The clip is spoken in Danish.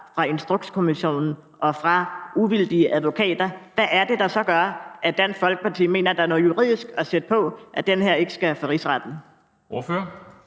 fra Instrukskommissionen og fra uvildige advokater, hvad er det, der så gør, at Dansk Folkeparti mener, at der er noget juridisk, der gør, at den her sag ikke skal for Rigsretten? Kl.